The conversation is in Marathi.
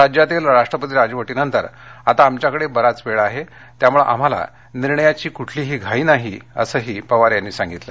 राज्यातील राष्ट्रपती राजवटीनंतर आता आमच्याकडे बराच वेळ आहे त्यामुळे आम्हाला निर्णयाची कुठलीही घाई नाही असंही शरद पवार म्हणाले